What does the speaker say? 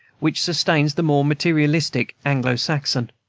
which sustains the more materialistic anglo-saxon.